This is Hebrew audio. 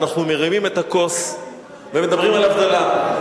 אנחנו מרימים את הכוס ומדברים על הבדלה.